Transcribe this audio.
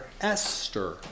Esther